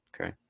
okay